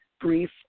brief